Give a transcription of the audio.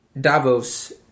Davos